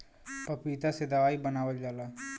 पपीता से दवाई बनावल जाला